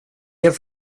have